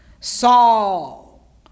Saul